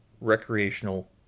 recreational